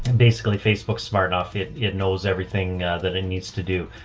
and basically facebook's smart enough, it it knows everything that it needs to do.